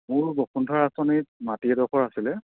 মোৰ বসুন্থাৰ আঁচনিত মাটি এডোখৰ আছিলে